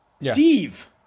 steve